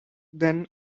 than